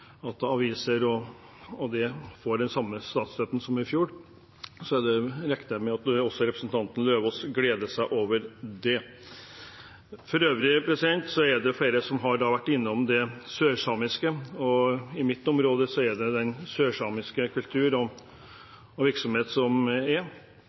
at aviser får den samme statsstøtten som i fjor. Jeg regner med at også representanten Lauvås gleder seg over det. For øvrig er det flere som har vært innom det sørsamiske, og i mitt område er det sørsamisk kultur og virksomhet. Derfor er